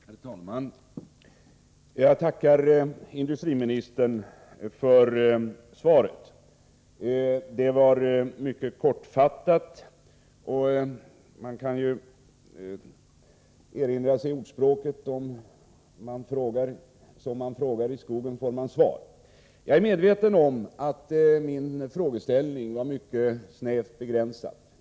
Herr talman! Jag tackar industriministern för svaret. Det var mycket kortfattat, och man kan erinra sig ordspråket ”Som man ropar i skogen får man svar”. Jag är medveten om att min frågeställning var mycket snävt begränsad.